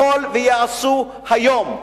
יכול שייעשו היום.